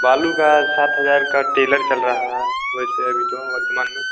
बालू का साथ हज़ार का टेलर चल रहा है वैसे अभी तो वर्तमान में